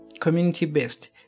community-based